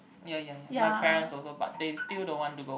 ya ya ya my parents also but they still don't want to go